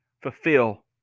fulfill